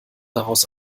daraus